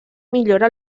millora